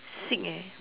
sick eh